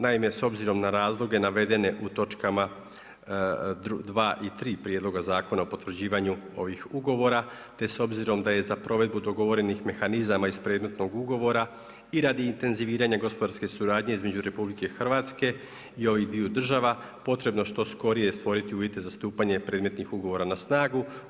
Naime, s obzirom na razloge navedene u točkama 2. i 3. Prijedloga zakona o potvrđivanju ovih ugovora, te s obzirom da je za provedbu dogovorenih mehanizama iz predmetnog ugovora i radi intenziviranja gospodarske suradnje između RH i ovih dviju država potrebno što skorije stvoriti uvjete za stupanje predmetnih ugovora na snagu.